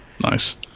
Nice